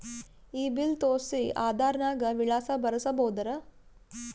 ಈ ಬಿಲ್ ತೋಸ್ರಿ ಆಧಾರ ನಾಗ ವಿಳಾಸ ಬರಸಬೋದರ?